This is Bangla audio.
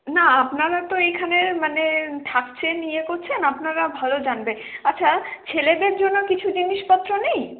না আপনারা তো এখানে মানে থাকছেন ইয়ে করছেন আপনারা ভালো জানবে আচ্ছা ছেলেদের জন্য কিছু জিনিসপত্র নেই